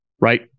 right